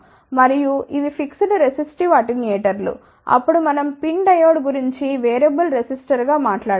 మరియు ఇవి fixed resistive అటెన్యూయేటర్లు అప్పుడు మనం PIN డయోడ్ గురించి వేరియబుల్ రెసిస్టర్గా మాట్లాడాము